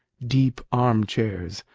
deep arm-chairs,